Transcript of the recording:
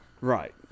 Right